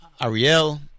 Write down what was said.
Ariel